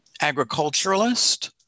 agriculturalist